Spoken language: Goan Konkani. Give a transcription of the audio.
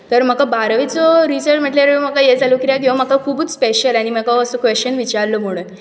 तर म्हाका बारावेचो रिजल्ट म्हटल्यार म्हाका हें जालो कित्याक ह्यो म्हाका खुबूच स्पॅशल आनी म्हाका हो असो क्वॅश्शन विचारल्लो म्हुणून